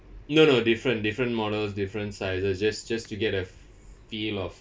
no no different different models different sizes just just to get a feel of